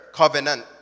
covenant